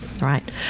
Right